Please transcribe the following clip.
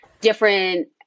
different